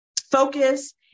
focus